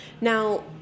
Now